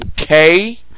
okay